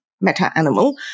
meta-animal